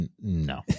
No